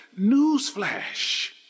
Newsflash